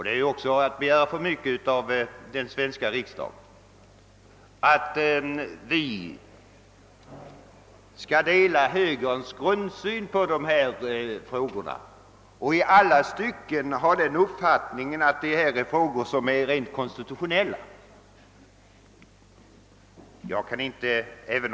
Det är också att begära för mycket av den svenska riksdagen, att vi skall dela högerns grundsyn i dessa frågor och i alla stycken ha den uppfattningen att detta är rent konstitutionella frågor.